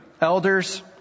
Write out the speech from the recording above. elders